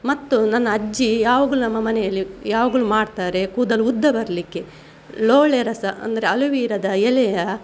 ಮತ್ತು ನನ್ನ ಅಜ್ಜಿ ಯಾವಾಗಲೂ ನಮ್ಮ ಮನೆಯಲ್ಲಿ ಯಾವಾಗಲೂ ಮಾಡ್ತಾರೆ ಕೂದಲು ಉದ್ದ ಬರಲಿಕ್ಕೆ ಲೋಳೆಸರ ಅಂದರೆ ಅಲೋವೆರಾದ ಎಲೆಯ